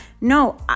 No